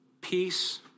Peace